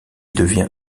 devient